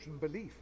belief